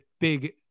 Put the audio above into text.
big